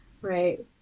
right